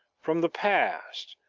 from the past,